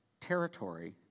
territory